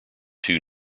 two